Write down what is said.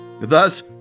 Thus